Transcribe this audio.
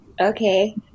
Okay